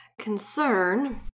concern